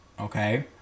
okay